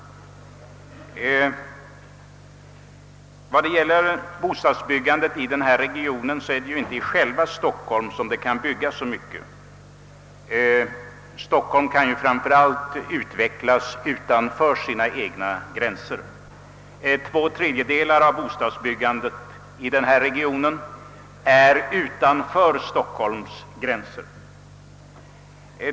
Vad beträffar bostadsbyggandet i storstockholmsregionen kan det inte byggas så mycket i själva Stockholm. Staden kan ju framför allt utvecklas utanför sina egna gränser — två tredjedelar av bostadsbyggandet i regionen kommer till stånd utanför Stockholm.